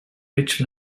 rich